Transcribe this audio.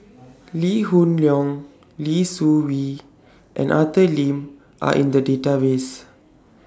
Lee Hoon Leong Lee Seng Wee and Arthur Lim Are in The Database